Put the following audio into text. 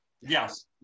yes